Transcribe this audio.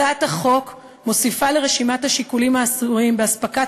הצעת החוק מוסיפה לרשימת השיקולים האסורים באספקת